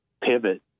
pivot